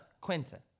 Quinta